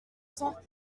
cent